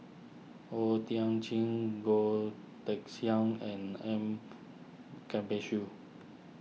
O Thiam Chin Goh Teck Sian and M